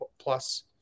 plus